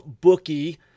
bookie